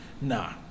nah